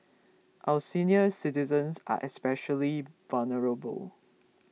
our senior citizens are especially vulnerable